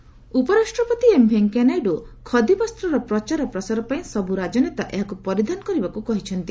ନାଇଡୁ ଖାଦି ଉପରାଷ୍ଟପତି ଏମ ଭେଙ୍କୟା ନାଇଡ଼ ଖଦିବସ୍ତର ପ୍ରଚାରପ୍ରସାର ପାଇଁ ସବୁ ରାଜନେତା ଏହାକୁ ପରିଧାନ କରିବାକୁ କହିଛନ୍ତି